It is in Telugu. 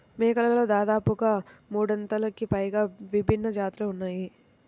మేకలలో దాదాపుగా మూడొందలకి పైగా విభిన్న జాతులు ఉన్నాయి